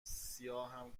سیاهم